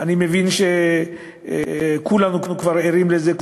אני מבין שכולנו כבר ערים לזה,